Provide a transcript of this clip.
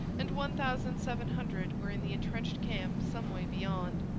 and one thousand seven hundred were in the entrenched camp some way beyond.